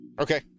okay